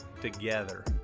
together